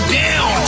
down